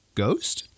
Ghost